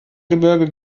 gebirge